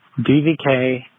DVK